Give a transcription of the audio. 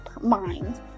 mind